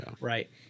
right